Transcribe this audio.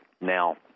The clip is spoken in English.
Now